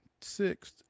sixth